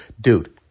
dude